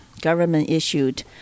government-issued